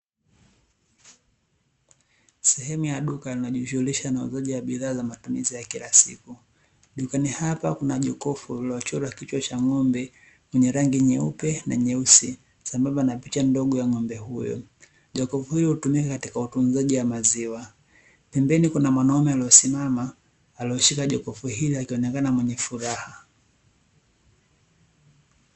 Sehemu ya duka inayojishughulisha na uuzaji wa bidhaa za matumizi ya kila siku, dukani hapa kuna jokofu lililochorwa kichwa cha ng'ombe mwenye rangi nyeupe na nyeusi sambamba na picha ndogo ya ng'ombe huyo, jokofu hili hutumika katika utunzaji wa maziwa, pembeni kuna mwanaume aliyesimama, aliyeshika jokofu hili akionekana mwenye furaha.